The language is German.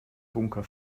bunker